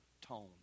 tone